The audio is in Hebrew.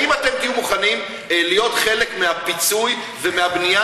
האם אתם תהיו מוכנים להיות חלק מהפיצוי ומהבנייה